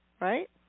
right